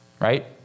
right